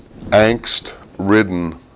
angst-ridden